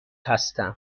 هستم